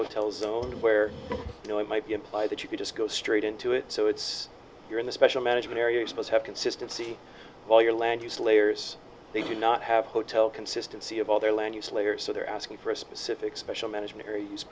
hotel zone where you know it might be implied that you could just go straight into it so it's you're in the special management area i suppose have consistency while your land use layers they do not have hotel consistency of all their land use layers so they're asking for a specific special management